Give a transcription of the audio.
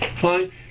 fine